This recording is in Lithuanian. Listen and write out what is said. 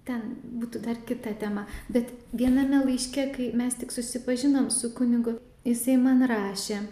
ten būtų dar kita tema bet viename laiške kai mes tik susipažinom su kunigu jisai man rašė